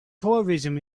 tourism